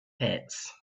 pits